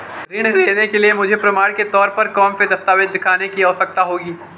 ऋृण लेने के लिए मुझे प्रमाण के तौर पर कौनसे दस्तावेज़ दिखाने की आवश्कता होगी?